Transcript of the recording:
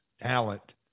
talent